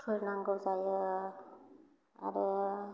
थुर नांगौ जायो आरो